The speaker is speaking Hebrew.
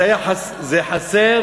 זה היה, זה חסר,